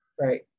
right